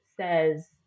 says